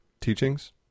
teachings